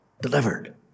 delivered